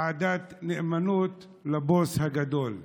ועדת נאמנות לבוס הגדול.